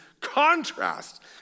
contrast